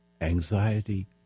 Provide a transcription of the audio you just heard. anxiety